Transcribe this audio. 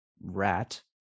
rat